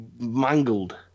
mangled